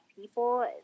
people